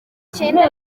cyenda